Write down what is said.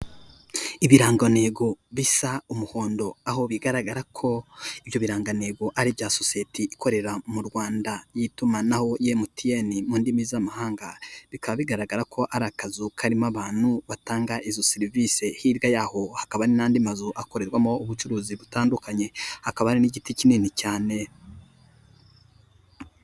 Ibirangotego bisa umuhondo aho bigaragara ko ibyo birangantego ari ibya sosiyete ikorera mu rwanda y'itumanaho emutiyene, mu ndimi z'amahanga bikaba bigaragara ko ari akazu karimo abantu batanga izo serivisi, hirya yaho hakaba n'andi mazu akorerwamo ubucuruzi butandukanye hakaba hari n'igiti kinini cyane.